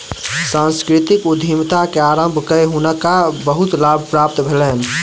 सांस्कृतिक उद्यमिता के आरम्भ कय हुनका बहुत लाभ प्राप्त भेलैन